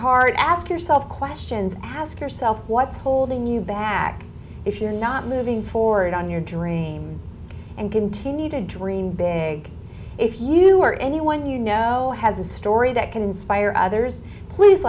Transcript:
heart ask yourself questions ask yourself what's holding you back if you're not moving forward on your dreams and continue to dream big if you or anyone you know has a story that can inspire others please